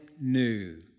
new